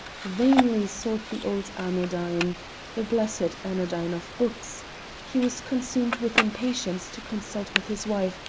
vainly sought the old anodyne the blessed anodyne of books he was consumed with impatience to consult with his wife,